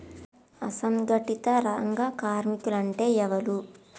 అసంఘటిత రంగ కార్మికులు అంటే ఎవలూ?